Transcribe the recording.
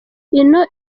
ino